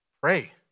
pray